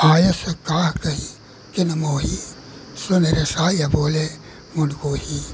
आयस काह कही किन मोही सुन रेसाय बोले मन कोही